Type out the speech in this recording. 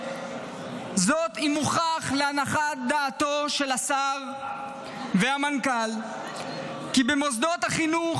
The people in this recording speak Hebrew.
זאת אם הוכח להנחת דעתו של השר והמנכ"ל כי במוסד החינוך